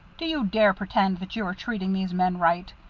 do you dare pretend that you are treating these men right?